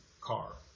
car